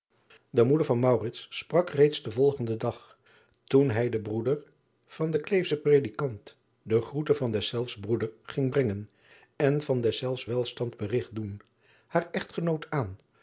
e moeder van sprak reeds den volgenden dag toen hij den broeder van den leefschen redikant de groete van deszelfs broeder ging brengen en van deszelfs welstand berigt doen haar echtgenoot aan